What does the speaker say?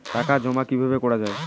টাকা জমা কিভাবে করা য়ায়?